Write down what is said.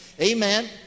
amen